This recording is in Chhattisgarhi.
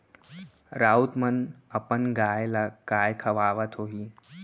राउत मन अपन गाय ल काय खवावत होहीं